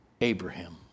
Abraham